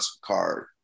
Card